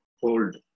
hold